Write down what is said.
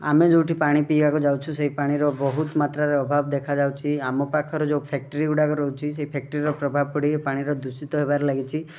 ଆମେ ଯେଉଁଠି ପାଣି ପିଇବାକୁ ଯାଉଛୁ ସେହି ପାଣିର ବହୁତ ମାତ୍ରାରେ ଅଭାବ ଦେଖାଯାଉଛି ଆମ ପାଖରେ ଯେଉଁ ଫ୍ୟାକ୍ଟ୍ରିଗୁଡ଼ାକ ରହୁଛି ସେ ଫ୍ୟାକ୍ଟ୍ରିର ପ୍ରଭାବ ପଡ଼ିକି ପାଣିର ଦୂଷିତ ହେବାରେ ଲାଗିଛି